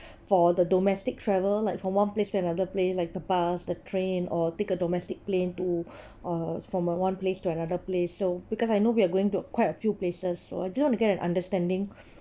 for the domestic travel like from one place to another place like the bus the train or take a domestic plane to uh from one place to another place so because I know we are going to quite a few places so I just want to get an understanding